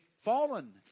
fallen